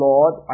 Lord